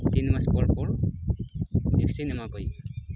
ᱛᱤᱱ ᱢᱟᱥ ᱯᱚᱨ ᱯᱚᱨ ᱵᱷᱮᱠᱥᱤᱱ ᱮᱢᱟ ᱠᱚ ᱦᱩᱭᱩᱜᱼᱟ